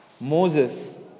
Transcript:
Moses